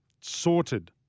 Sorted